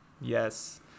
Yes